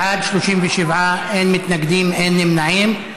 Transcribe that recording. בעד, 37, אין מתנגדים, אין נמנעים.